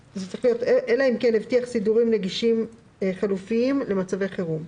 אלא אם כן הבטיח סידורים חלופיים למצבי חירום.